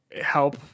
help